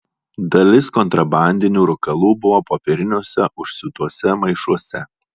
dalis kontrabandinių rūkalų buvo popieriniuose užsiūtuose maišuose